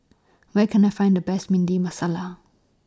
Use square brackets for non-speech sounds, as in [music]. Where Can I Find The Best [unintelligible] Masala